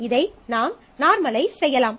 ஆனால் இதை நாம் நார்மலைஸ் செய்யலாம்